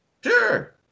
Sure